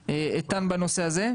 איתן, בנושא הזה.